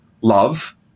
Love